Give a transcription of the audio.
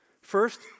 First